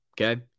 Okay